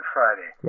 Friday